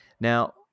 Now